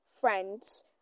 friends